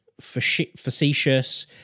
facetious